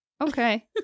Okay